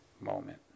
moment